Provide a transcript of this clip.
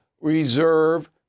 reserve